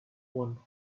one